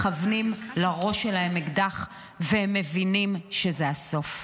מכוונים לראש שלהם אקדח, והם מבינים שזה הסוף.